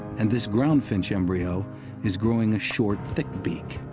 and this ground finch embryo is growing a short thick beak.